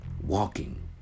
walking